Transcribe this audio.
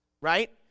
right